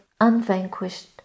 unvanquished